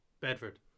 Bedford